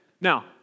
Now